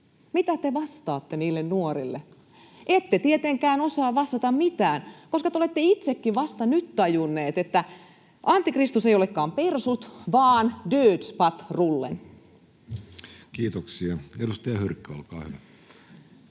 Mitä te vastaatte niille nuorille? Ette tietenkään osaa vastata mitään, koska te olette itsekin vasta nyt tajunneet, että antikristus ei olekaan persut vaan Dödspatrullen. Kiitoksia. — Edustaja Hyrkkö, olkaa hyvä.